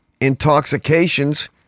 intoxications